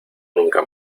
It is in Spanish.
nunca